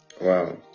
wow